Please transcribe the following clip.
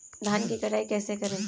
धान की कटाई कैसे करें?